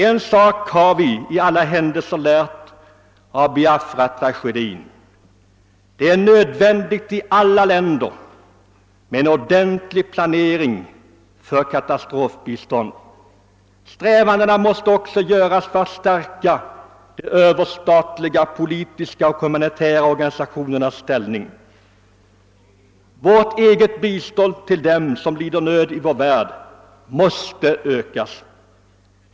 En sak har vi i alla händelser lärt av Biafratragedin: det är nödvändigt att i alla länder ha en ordentlig planering för katastrofbistånd. Ansträngningar måste också göras för att stärka de överstatliga politiska och humanitära organisationernas ställning. Vårt eget bistånd till dem som lider nöd i världen måste också ökas.